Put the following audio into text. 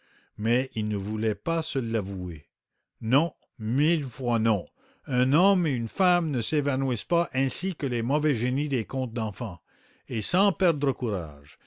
mais il ne voulait pas se l'avouer non mille fois non un homme et une femme ne s'évanouissent pas ainsi que les mauvais génies des contes d'enfants et sans perdre courage